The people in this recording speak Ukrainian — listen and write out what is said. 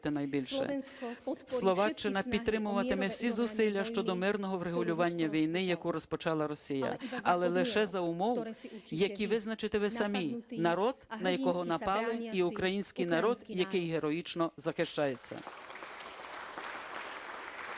Словаччина підтримуватиме всі зусилля щодо мирного врегулювання війни, яку розпочала Росія. Але лише за умов, які визначите ви самі – народ, на якого напали, український народ, який героїчно захищається.